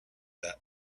that